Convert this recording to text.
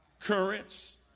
currents